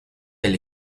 del